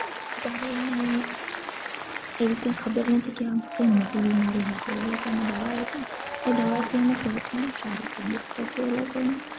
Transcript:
ત્યારે એને એવી કંઈ ખબર નહોતી કે આ કંઈ મોટી બીમારી હશે એ લોકોને દવા આપી એ દવાથી એને થોડોક ટાઈમ સારું થઈ ગયું પછી એ લોકોને